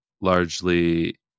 largely